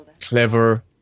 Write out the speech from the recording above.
clever